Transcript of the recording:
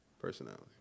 personality